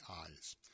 eyes